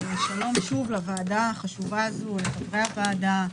שלום שוב לוועדה החשובה הזו, לחברי הוועדה.